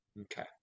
okay